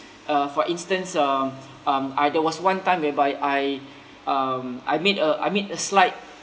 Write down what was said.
uh for instance um um uh there was one time whereby I um I made a I made a slight